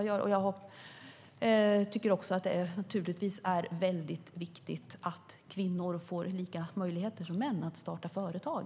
Jag tycker givetvis att det är viktigt att kvinnor får samma möjligheter som män att starta företag.